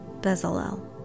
Bezalel